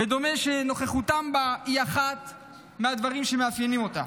ודומה שנוכחותן בהן היא אחד מהדברים שמאפיינים אותן.